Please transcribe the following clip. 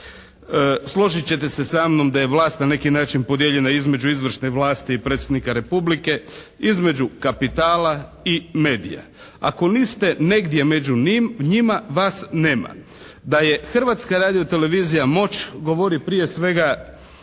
Složit ćete se sa mnom da je vlast na neki način podijeljena između izvršne vlasti i predsjednika Republike, između kapitala i medija. Ako niste negdje među njima vas nema. Da je Hrvatska radio-televizija moć govori prije svega